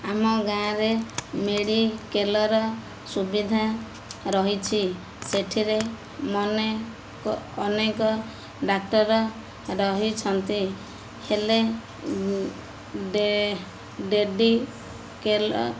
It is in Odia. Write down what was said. ଆମ ଗାଁରେ ମେଡ଼ିକାଲର ସୁବିଧା ରହିଛି ସେଥିରେ ମନେ ଅନେକ ଡାକ୍ତର ରହିଛନ୍ତି ହେଲେ ଡେଡ଼ି କେଲ